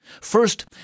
First